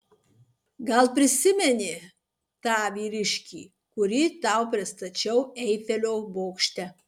gal prisimeni tą vyriškį kurį tau pristačiau eifelio bokšte